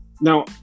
Now